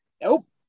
nope